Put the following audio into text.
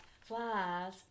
flies